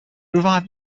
revived